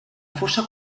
fossa